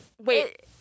Wait